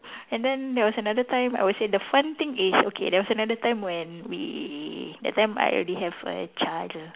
and then there was another time I would say the fun thing is okay there was another time when we that time I already have a